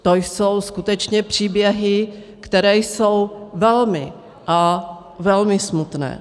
To jsou skutečně příběhy, které jsou velmi a velmi smutné.